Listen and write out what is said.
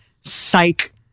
psych